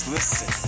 Listen